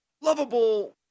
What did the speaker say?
lovable